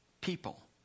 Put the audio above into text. people